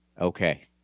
okay